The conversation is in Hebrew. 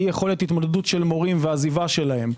אי יכולת התמודדות של מורים ועזיבה שלהם,